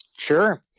Sure